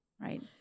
right